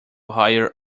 higher